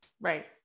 Right